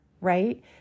right